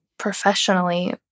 professionally